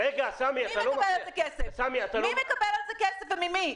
מי מקבל על זה כסף וממי?